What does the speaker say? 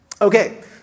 Okay